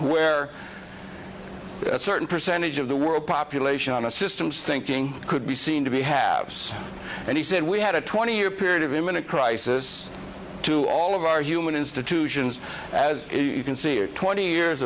where certain percentage of the world population on a systems thinking could be seen to be haves and he said we had a twenty year period of imminent crisis to all of our human institutions as you can see here twenty years